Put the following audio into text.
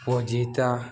ପୁଅଜିିଁତା